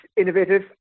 innovative